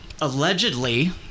allegedly